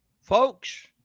Folks